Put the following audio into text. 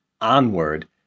onward